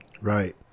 Right